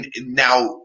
Now